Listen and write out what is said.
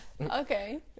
Okay